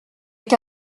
qu’à